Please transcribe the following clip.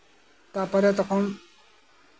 ᱛᱟᱨᱯᱚᱨᱮ ᱛᱚᱠᱷᱚᱱ